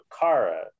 Kara